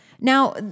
Now